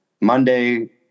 Monday